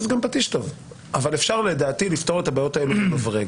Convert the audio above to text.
גם פטיש טוב אבל לדעתי אפשר לפתור את הבעיות האלה במברג.